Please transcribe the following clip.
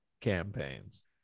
campaigns